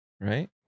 right